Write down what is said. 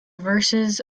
verses